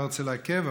אני לא רוצה לעכב,